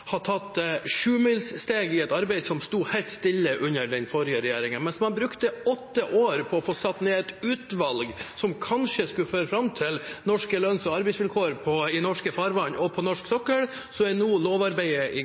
har tatt sjumilssteg i et arbeid som sto helt stille under den forrige regjeringen. Mens man brukte åtte år på å få satt ned et utvalg som kanskje skulle føre fram til norske lønns- og arbeidsvilkår i norsk farvann og på norsk sokkel, er nå lovarbeidet i